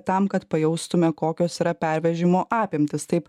tam kad pajaustume kokios yra pervežimo apimtys taip